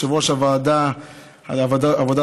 יושב-ראש ועדת העבודה,